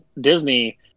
Disney